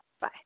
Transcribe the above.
Bye